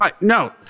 No